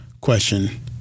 Question